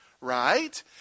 right